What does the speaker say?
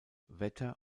wetter